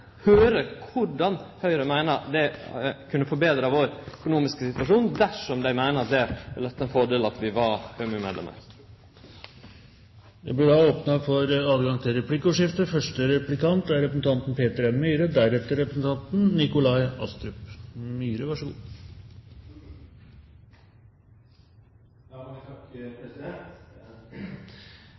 korleis Høgre meiner det kunne betre vår økonomiske situasjon, dersom dei meiner at det ville vere ein fordel at vi var ØMU-medlem. Det blir åpnet for